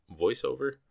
voiceover